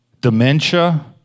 dementia